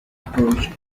approached